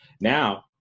Now